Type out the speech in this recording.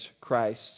Christ